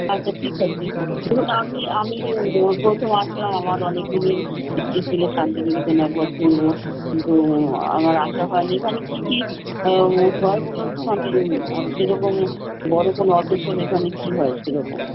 আচ্ছা ঠিক আছে ধরুন আমি আমি যে প্রথম আসলাম আমার অনেক দিনের ইচ্ছে ছিল শান্তিনিকেতনে একবার ঘুরব কিন্তু আমার আসা হয়নি এখানে কী কী হয় বলুন তো মানে সেরকমই বড় কোনো অকেশন এখানে কী হয় সেরকম